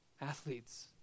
Athletes